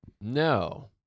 No